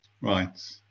Right